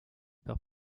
par